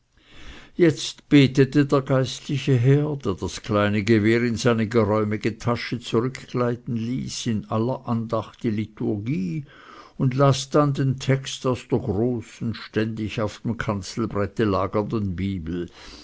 jetzt betete der geistliche herr der das kleine gewehr in seine geräumige tasche zurückgleiten ließ in aller andacht die liturgie und las dann den text aus der großen ständig auf dem kanzelbrette lagernden bibel